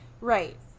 right